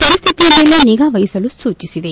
ಪರಿಸ್ತಿತಿ ಮೇಲೆ ನಿಗಾ ವಹಿಸಲು ಸೂಚಿಸಿದೆ